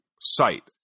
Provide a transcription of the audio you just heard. site